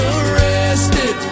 arrested